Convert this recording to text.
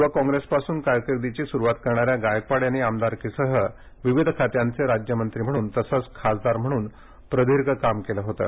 युवक काँप्रेसपासून कारकीर्दीची सुरुवात करणाऱ्या गायकवाड यांनी आमदारकीसह विविध खात्यांचे राज्यमंत्री म्हणून तसंच खासदार म्हणून प्रदीर्घकाळ काम केलं होतं